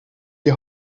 die